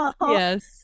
Yes